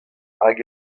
hag